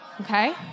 Okay